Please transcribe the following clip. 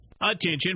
Attention